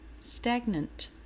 stagnant